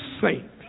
saint